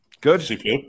Good